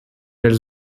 elles